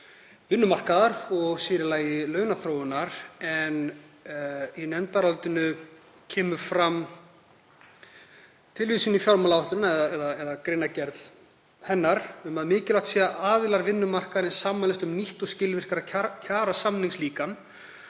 vinnumarkaðar og sér í lagi launaþróunar. Í nefndarálitinu kemur fram tilvísun í fjármálaáætlun eða greinargerð hennar um að mikilvægt sé að aðilar vinnumarkaðarins sammælist um nýtt og skilvirkara kjarasamningslíkan